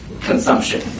consumption